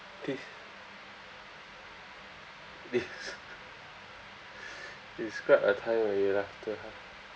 des~ des~ describe a time when you laugh too hard